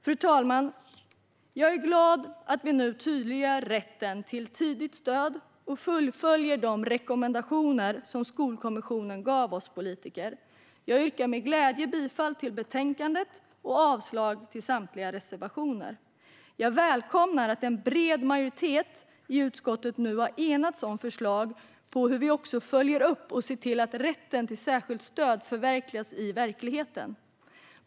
Fru talman! Jag är glad över att vi nu tydliggör rätten till tidigt stöd och fullföljer de rekommendationer som Skolkommissionen gav oss politiker. Jag yrkar med glädje bifall till förslaget i betänkandet och avslag på samtliga reservationer. Jag välkomnar att en bred majoritet i utskottet nu har enats om förslag på hur vi följer upp detta och ser till att rätten till särskilt stöd förverkligas i verkligheten.